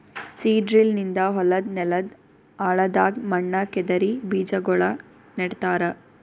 seed drill ನಿಂದ ಹೊಲದ್ ನೆಲದ್ ಆಳದಾಗ್ ಮಣ್ಣ ಕೆದರಿ ಬೀಜಾಗೋಳ ನೆಡ್ತಾರ